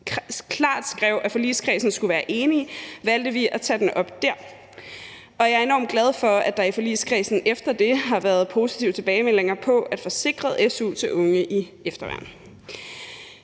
klart skrev, at forligskredsen skulle være enig, valgte vi at tage den op der. Og jeg er enormt glad for, at der i forligskredsen efter det har været positive tilbagemeldinger på at få sikret su til unge i efterværn.